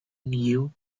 knew